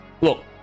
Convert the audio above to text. Look